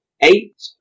eight